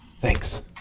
Thanks